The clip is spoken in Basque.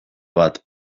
bat